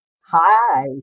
Hi